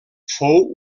fou